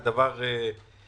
זה דבר מבורך.